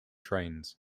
trains